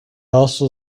also